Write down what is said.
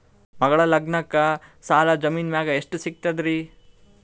ಮಗಳ ಲಗ್ನಕ್ಕ ಸಾಲ ಜಮೀನ ಮ್ಯಾಲ ಎಷ್ಟ ಸಿಗ್ತದ್ರಿ?